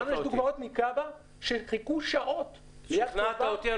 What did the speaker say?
לנו יש דוגמאות מכב"א שחיכו שעות -- שכנעת אותי.